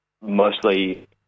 mostly